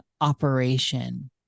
operation